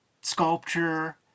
sculpture